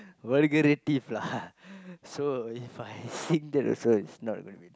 vulgarity lah so if I sing that also it's not gonna be